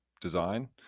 design